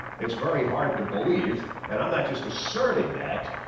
it's very hard to believe and i'm not just asserting that,